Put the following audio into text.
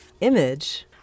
image